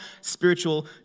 spiritual